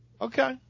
Okay